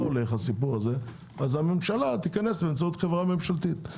הולך אז הממשלה תיכנס באמצעות חברה ממשלתית.